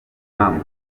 hamza